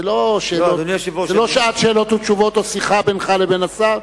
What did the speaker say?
זה לא שעת שאלות ותשובות או שיחה בינך לבין השר,